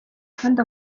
kandi